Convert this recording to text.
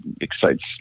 excites